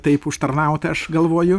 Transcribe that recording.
taip užtarnautą aš galvoju